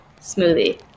Smoothie